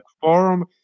forum